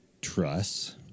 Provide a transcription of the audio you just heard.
trust